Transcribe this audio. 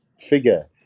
figure